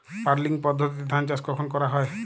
Puddling পদ্ধতিতে ধান চাষ কখন করা হয়?